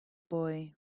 boy